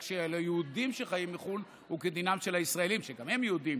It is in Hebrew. היהודים שחיים בחו"ל הוא כדינם של הישראלים שגם הם יהודים,